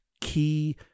key